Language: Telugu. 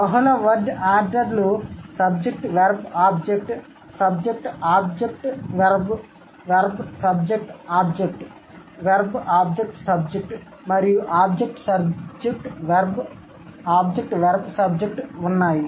బహుళ వర్డ్ ఆర్డర్లు SVO SOV VSO VOS మరియు OSV OVS ఉన్నాయి